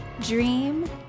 Dream